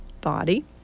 body